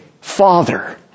Father